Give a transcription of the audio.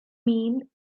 mean